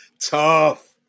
Tough